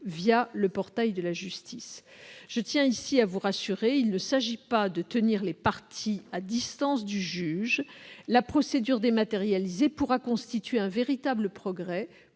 le portail de la justice. Je tiens ici à vous rassurer, il ne s'agit pas de tenir les parties à distance du juge : la procédure dématérialisée pourra constituer un véritable progrès